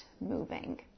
moving